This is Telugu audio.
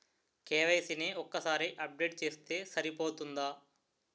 కే.వై.సీ ని ఒక్కసారి అప్డేట్ చేస్తే సరిపోతుందా?